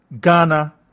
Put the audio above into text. Ghana